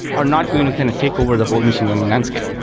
are not going to kind of take over the whole machine learning landscape.